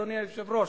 אדוני היושב-ראש,